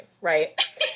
Right